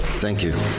thank you.